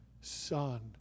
son